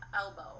elbow